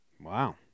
Wow